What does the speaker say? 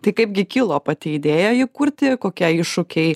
tai kaipgi kilo pati idėja jį kurti kokie iššūkiai